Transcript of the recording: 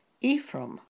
Ephraim